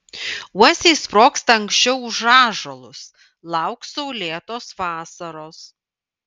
uosiai sprogsta anksčiau už ąžuolus lauk saulėtos vasaros